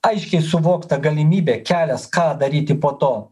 aiškiai suvokta galimybė kelias ką daryti po to